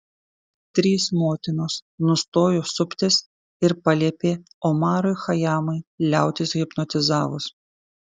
trys motinos nustojo suptis ir paliepė omarui chajamui liautis hipnotizavus